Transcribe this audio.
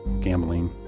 gambling